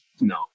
No